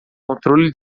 controle